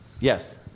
Yes